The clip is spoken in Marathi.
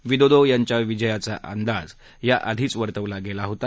विदोदो यांच्या विजयाचा अंदाज याआधीच वर्तवला गेला होता